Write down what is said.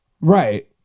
Right